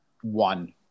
one